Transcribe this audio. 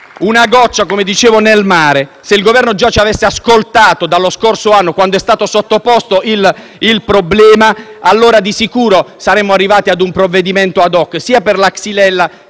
una goccia nel mare. Se il Governo ci avesse ascoltato lo scorso anno, quando fu sottoposto il problema, di sicuro saremmo arrivati a un provvedimento *ad hoc* sia per la xylella